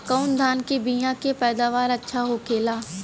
कवन धान के बीया के पैदावार अच्छा होखेला?